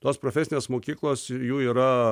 tos profesinės mokyklos jų yra